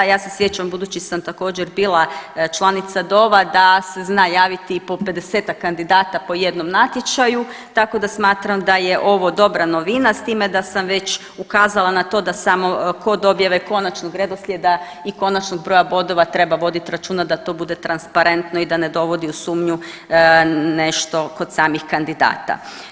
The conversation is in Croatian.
Ja se sjećam budući sam također bila članica DOV-a da se zna javiti i po 50-ak kandidata po jednom natječaju, tako da smatram da je ovo dobra novina, s time da sam već ukazala na to da samo kod objave konačnog redoslijeda i konačnog broja bodova treba vodit računa da to bude transparentno i da ne dovodi u sumnju nešto kod samih kandidata.